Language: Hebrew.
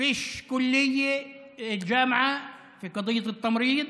יזם אותו ה"דינמו",